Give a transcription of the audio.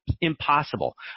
Impossible